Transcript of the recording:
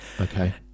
Okay